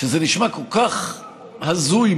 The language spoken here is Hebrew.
נשמע כל כך הזוי,